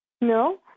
No